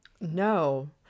no